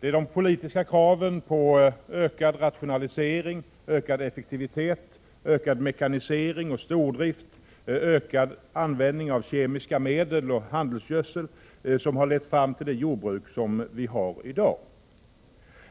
Det är de politiska kraven på ökad rationalisering, ökad effektivitet, ökad mekanisering och stordrift, ökad användning av kemiska medel och handelsgödsel som har lett fram till det jordbruk som vi har i dag.